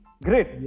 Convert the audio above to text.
Great